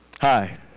hi